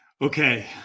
Okay